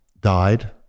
died